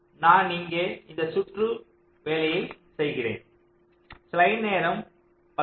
நான் இங்கே இந்த சுற்று வேலை செய்கிறேன்